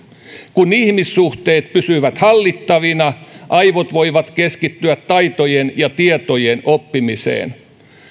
kun ihmissuhteet pysyvät hallittavina aivot voivat keskittyä taitojen ja tietojen oppimiseen